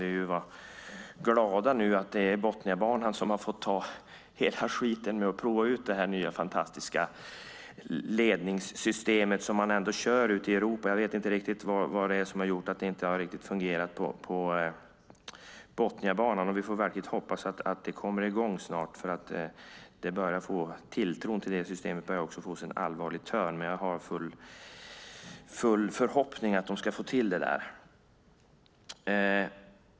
Vi kan vara glada över att det är Botniabanan som har fått ta hela skiten med att prova ut det här nya fantastiska ledningssystemet, som man ändå kör med ute i Europa. Jag vet inte riktigt vad det är som har gjort att det inte riktigt har fungerat på Botniabanan. Vi får vackert hoppas att det kommer i gång snart, för tilltron till det systemet börjar få sig en allvarlig törn. Men jag har en förhoppning om att de ska få till det där.